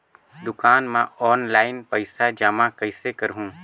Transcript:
दुकान म ऑनलाइन पइसा जमा कइसे करहु?